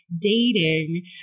dating